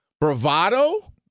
bravado